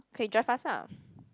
kay drive us ah